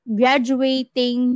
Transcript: graduating